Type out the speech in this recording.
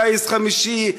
גיס חמישי,